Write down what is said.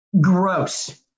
gross